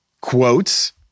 quotes